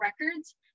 records